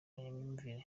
yindi